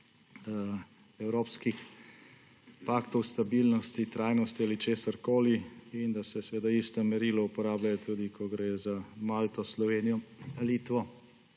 evropskih paktov stabilnosti, trajnosti ali česarkoli, in da se ista merila uporabljajo tudi, ko gre za Malto, Slovenijo, Litvo,